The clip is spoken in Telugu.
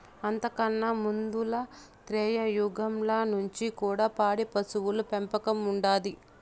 అంతకన్నా ముందల త్రేతాయుగంల నుంచి కూడా పాడి పశువుల పెంపకం ఉండాది